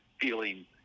feeling